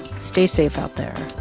stay safe out there.